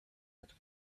had